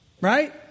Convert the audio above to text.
Right